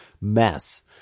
mess